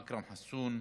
אכרם חסון,